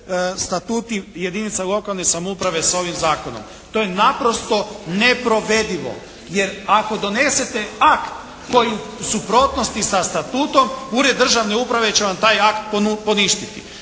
statuti jedinica lokalne samouprave s ovim zakonom. To je naprosto neprovedivo. Jer ako donesete akt koji je u suprotnosti sa Statutom Ured državne uprave će vam taj akt poništiti.